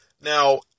Now